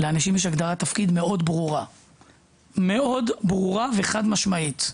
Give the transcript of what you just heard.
לאנשים יש הגדרת תפקיד מאוד ברורה וחד משמעית.